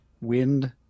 wind